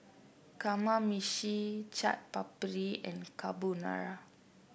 Kamameshi Chaat Papri and Carbonara